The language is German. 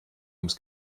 ums